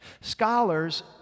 Scholars